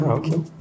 okay